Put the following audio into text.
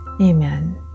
Amen